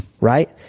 right